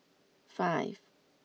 five